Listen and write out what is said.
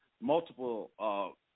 multiple